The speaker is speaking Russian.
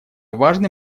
важный